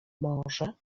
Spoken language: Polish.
może